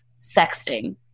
sexting